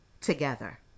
together